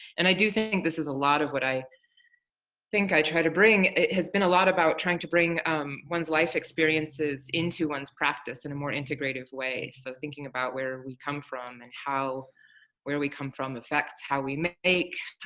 and i do think think this is a lot of what i think i try to bring. it has been a lot about trying to bring one's life experiences into one's practice in a more integrative way, so thinking about where we come from and how where we come from effects how we make, make,